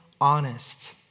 honest